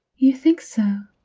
you think so?